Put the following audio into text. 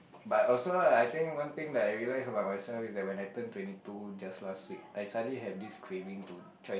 but also lah I think one thing that I realize about myself is that when I turned twenty two just last week I suddenly have this craving to try